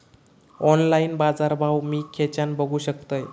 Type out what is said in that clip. Online बाजारभाव मी खेच्यान बघू शकतय?